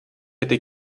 hätte